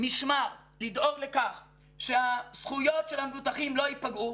משמר לדאוג לכך שהזכויות של המבוטחים לא יפגעו,